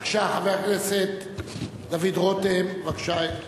חבר הכנסת דוד רותם, בבקשה.